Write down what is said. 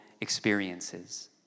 experiences